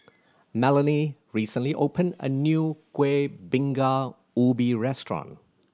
Melanie recently opened a new Kueh Bingka Ubi restaurant